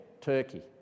Turkey